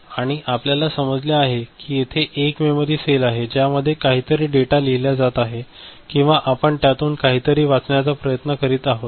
आणि आपल्याला समजले आहे की येथे एक मेमरी सेल आहे ज्यामध्ये काहीतरी डेटा लिहिल्या जात आहे किंवा आपण त्यातून काहीतरी वाचण्याचा प्रयत्न करीत आहोत